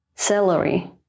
Celery